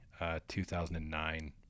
2009